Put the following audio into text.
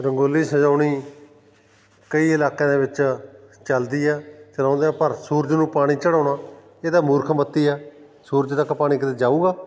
ਰੰਗੋਲੀ ਸਜਾਉਣੀ ਕਈ ਇਲਾਕਿਆਂ ਦੇ ਵਿੱਚ ਚੱਲਦੀ ਆ ਚਲਾਉਂਦੇ ਹਾਂ ਪਰ ਸੂਰਜ ਨੂੰ ਪਾਣੀ ਚੜਾਉਣਾ ਇਹ ਤਾਂ ਮੂਰਖ ਮਤ ਹੀ ਆ ਸੂਰਜ ਤੱਕ ਪਾਣੀ ਕਦੇ ਜਾਊਗਾ